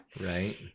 Right